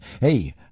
Hey